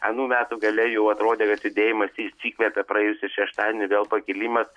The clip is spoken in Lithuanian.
anų metų gale jau atrodė kad judėjimas išsikvėpė praėjusį šeštadienį vėl pakilimas